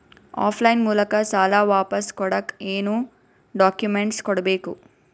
Of line ಮೂಲಕ ಸಾಲ ವಾಪಸ್ ಕೊಡಕ್ ಏನು ಡಾಕ್ಯೂಮೆಂಟ್ಸ್ ಕೊಡಬೇಕು?